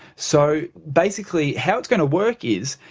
so basically how it's going to work is,